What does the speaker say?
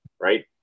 right